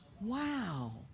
Wow